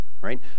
right